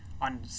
on